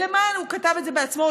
והוא כתב את זה בעצמו,